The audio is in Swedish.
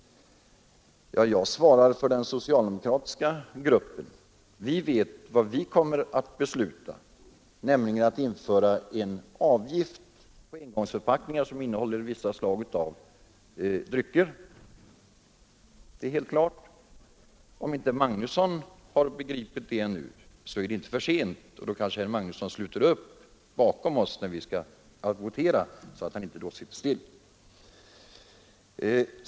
Jag svarar bara för den socialdemokratiska gruppen; vi vet vad vi kommer att besluta, nämligen att införa en avgift på engångsförpackningar som innehåller vissa slag av drycker. Det är helt klart, och om herr Magnusson inte har begripit det, är det ännu inte för sent att sluta upp bakom oss när vi nu skall votera i stället för att bara sitta still.